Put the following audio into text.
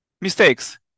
mistakes